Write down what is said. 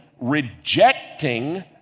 rejecting